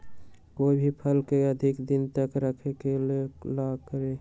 कोई भी फल के अधिक दिन तक रखे के ले ल का करी?